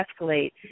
escalate